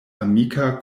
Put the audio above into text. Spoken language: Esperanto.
amika